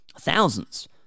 thousands